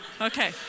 Okay